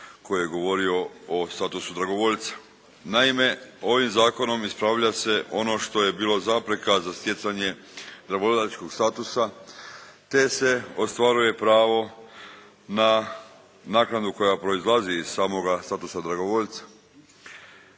koji je govorio o statusu dragovoljca. Naime, ovim zakonom ispravlja se ono što je bilo zapreka za stjecanje … statusa te se ostvaruje pravo na naknadu koja proizlazi iz samoga statusa dragovoljca.